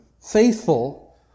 faithful